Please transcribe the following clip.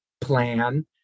plan